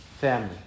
family